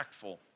impactful